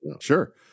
sure